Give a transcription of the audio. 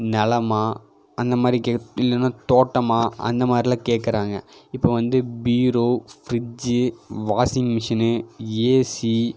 நிலமா அந்தமாதிரி கேக் இல்லைன்னா தோட்டமாக அந்த மாதிரிலாம் கேட்கறாங்க இப்போ வந்து bureau fridge washing machine AC